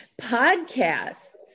podcasts